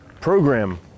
program